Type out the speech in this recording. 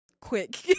quick